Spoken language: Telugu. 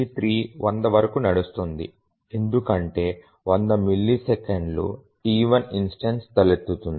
T3 100 వరకు నడుస్తుంది ఎందుకంటే 100 మిల్లీసెకన్ల T1 ఇన్స్టెన్సు తలెత్తుతుంది